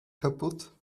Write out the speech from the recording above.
kaputt